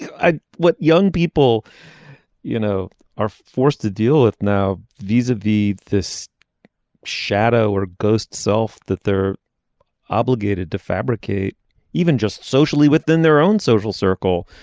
what young people you know are forced to deal with now. these are the. this shadow or ghost self that they're obligated to fabricate even just socially within their own social circle.